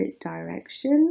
direction